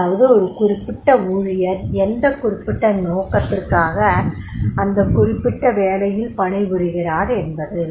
அதாவது ஒரு குறிப்பிட்ட ஊழியர் எந்த குறிப்பிட்ட நோக்கத்திற்காக அந்த குறிப்பிட்ட வேலையில் பணிபுரிகிறார் என்பது